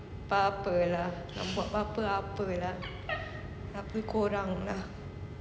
apa-apa lah nak buat apa-apa apa lah apa korang lah